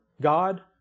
God